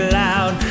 loud